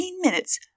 minutes